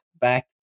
back